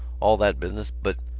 all that business. but.